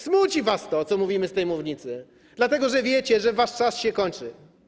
Smuci was to, co mówimy z tej mównicy, dlatego że wiecie, że wasz czas się kończy.